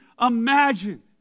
imagine